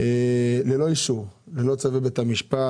וזאת ללא אישור ולא צווי בית משפט.